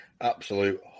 Absolute